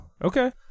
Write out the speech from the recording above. Okay